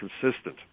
consistent